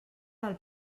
del